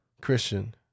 Christian